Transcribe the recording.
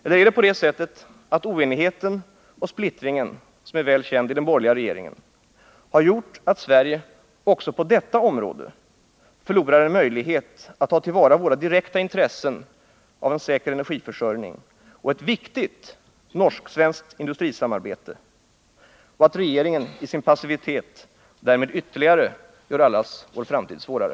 Eller är det på det sättet att oenigheten och splittringen i den borgerliga regeringen, som är väl känd, har gjort att Sverige också på detta område förlorar en möjlighet att ta till vara vårt direkta intresse av en säker energiförsörjning och ett viktigt norsksvenskt industrisamarbete och att regeringen i sin passivitet därmed ytterligare gör allas vår framtid svårare?